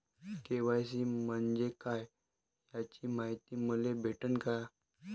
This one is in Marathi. के.वाय.सी म्हंजे काय याची मायती मले भेटन का?